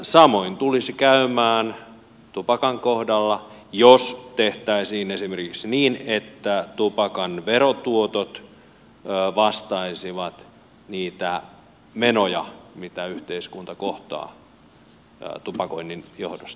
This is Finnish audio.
samoin tulisi käymään tupakan kohdalla jos tehtäisiin esimerkiksi niin että tupakan verotuotot vastaisivat niitä menoja mitä yhteiskunta kohtaa tupakoinnin johdosta